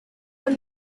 con